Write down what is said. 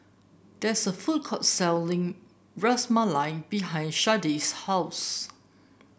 there is a food court selling Ras Malai behind Sharday's house